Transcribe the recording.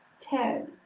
ten,